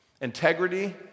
integrity